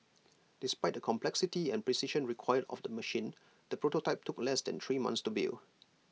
despite the complexity and precision required of the machine the prototype took less than three months to build